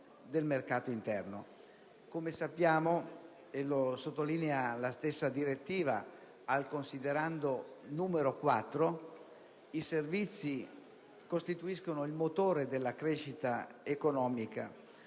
Come sappiamo, e come sottolinea la stessa direttiva al «considerando» n. 4, «i servizi costituiscono il motore della crescita economica»